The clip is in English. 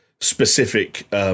specific